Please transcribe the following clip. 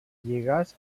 lligats